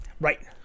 Right